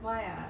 why ah